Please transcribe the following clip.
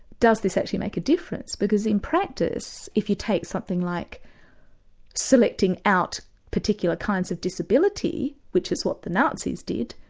does this actually make a difference, because in practice, if you take something like selecting out particular kinds of disability, which is what the nazis did,